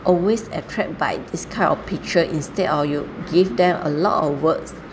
always attract by this kind of picture instead of you give them a lot of words